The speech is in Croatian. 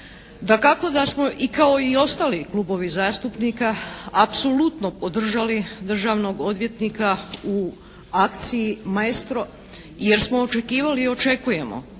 Dakako da smo i kao i ostali klubovi zastupnika apsolutno podržali državnog odvjetnika u akciji "Maestro" jer smo očekivali i očekujemo